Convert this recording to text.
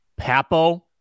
Papo